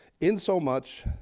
insomuch